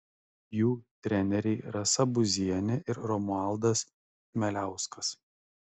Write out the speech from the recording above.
jų treneriai rasa buzienė ir romualdas chmeliauskas